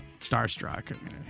starstruck